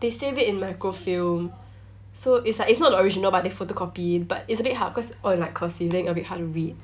they save it in microfilm so it's like it's not the original but they photocopy but it's a bit hard cause oh it's like cursive then it's a bit hard to read